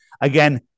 again